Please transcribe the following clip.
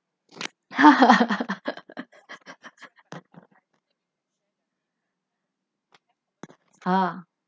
ah